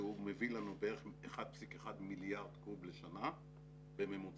שמביא לנו בערך 1.1 מיליארד קוב לשנה בממוצע